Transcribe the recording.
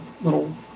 little